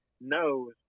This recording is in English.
knows